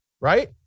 Right